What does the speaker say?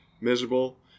miserable